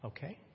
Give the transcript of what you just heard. Okay